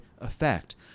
effect